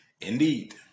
Indeed